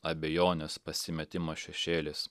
abejonės pasimetimo šešėlis